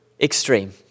extreme